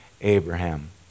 Abraham